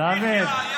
אתה, בקולך,